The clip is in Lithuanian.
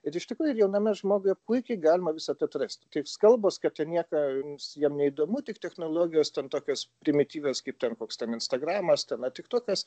ir iš tikrųjų ir jauname žmoguje puikiai galima visą tą atrasti kaip kalbos kad ten nieką jiem neįdomu tik technologijos ten tokios primityvios kaip ten koks ten instagramas ar tiktokas